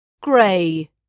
gray